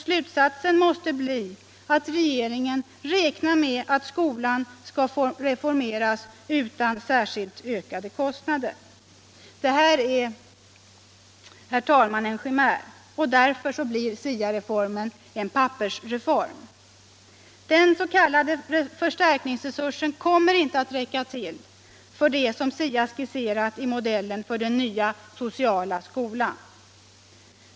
Slutsatsen måste bli att regeringen räknar med att skolan skall reformeras utan särskilt ökade kostnader. Detta är, herr talman, en chimär. Därför blir SIA-reformen en pappersreform. Den s.k. förstärkningsresursen kommer inte att räcka till för det som SIA skisserat i modellen för den nya sociala skolan.